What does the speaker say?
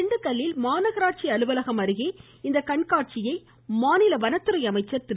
திண்டுக்கல்லில் மாநகராட்சி அலுவலகம் அருகே இக்கண்காட்சியை மாநில வனத்துறை அமைச்சர் திரு